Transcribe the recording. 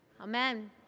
Amen